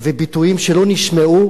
וביטויים שלא נשמעו,